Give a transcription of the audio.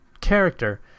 character